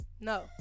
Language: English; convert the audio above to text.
No